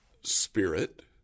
spirit